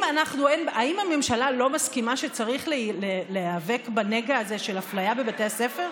האם הממשלה לא מסכימה שצריך להיאבק בנגע הזה של אפליה בבתי הספר?